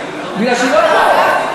בגלל שהיא לא פה.